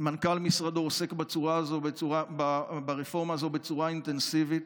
מנכ"ל משרדו עוסק ברפורמה הזו בצורה אינטנסיבית,